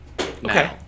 Okay